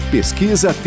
Pesquisa